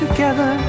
Together